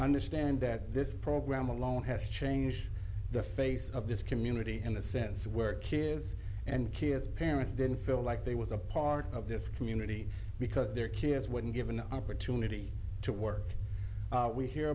understand that this program alone has changed the face of this community in a sense where kids and kids parents didn't feel like they was a part of this community because their kids wouldn't give an opportunity to work we hear